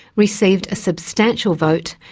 received a substantial vote,